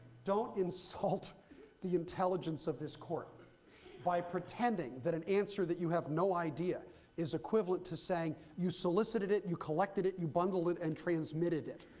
don't insult the intelligence of this court by pretending that an answer that you have no idea is equivalent to saying you solicited it, you collected it, you bundled it, and transmitted it.